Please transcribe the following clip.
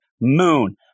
Moon